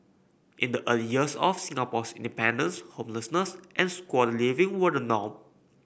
in the early years of Singapore's independence homelessness and squatter living were the norm